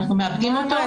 שאנחנו מאבדים אותו.